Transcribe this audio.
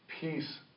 peace